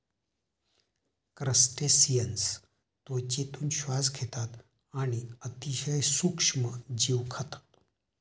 crustaceans त्वचेतून श्वास घेतात आणि अतिशय सूक्ष्म जीव खातात